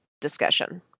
discussion